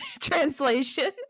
translation